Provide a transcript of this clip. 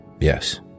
Yes